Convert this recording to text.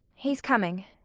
he's coming.